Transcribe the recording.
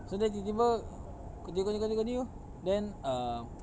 so then tiba tiba kerja continue continue continue then err